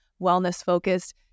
wellness-focused